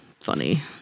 funny